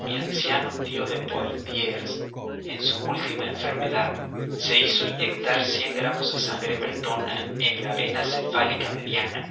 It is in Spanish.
mi anciano tío de poitiers en su última enfermedad se hizo inyectar cien gramos de sangre bretona en la vena cefálica mediana